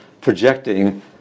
projecting